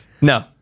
No